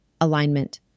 Alignment